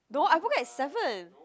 no I woke up at seven